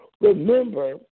Remember